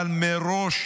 אבל מראש